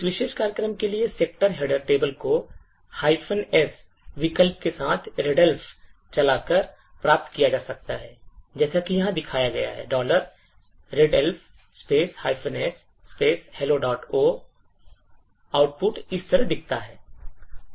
इस विशेष कार्यक्रम के लिए सेक्शन हेडर टेबल को S विकल्प के साथ readelf चलाकर प्राप्त किया जा सकता है जैसा कि यहाँ दिखाया गया है readelf S helloo आउटपुट इस तरह दिखता है